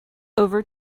over